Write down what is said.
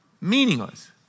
meaningless